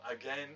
again